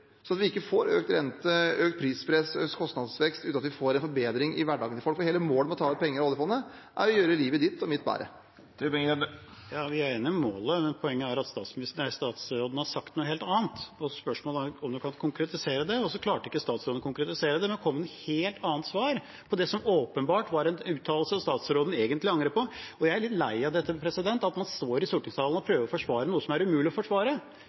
sånn at vi ikke får økt rente, økt prispress og økt kostnadsvekst uten at vi får en forbedring i hverdagen til folk. Hele målet med å ta ut penger av oljefondet er å gjøre livet ditt og mitt bedre. Vi er enige om målet, men poenget er at statsråden har sagt noe helt annet. Spørsmålet er om han kan konkretisere det, men så klarte ikke statsråden å konkretisere det, men kom med et helt annet svar på det som åpenbart var en uttalelse statsråden egentlig angrer på. Jeg er litt lei av dette, at man står i stortingssalen og prøver å forsvare noe som er umulig å forsvare.